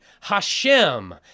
Hashem